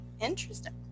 Interesting